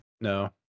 No